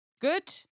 Good